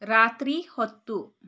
ರಾತ್ರಿ ಹೊತ್ತು